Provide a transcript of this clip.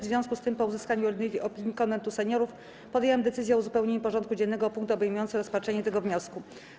W związku z tym, po uzyskaniu jednolitej opinii Konwentu Seniorów, podjęłam decyzję o uzupełnieniu porządku dziennego o punkt obejmujący rozpatrzenie tego wniosku.